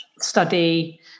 study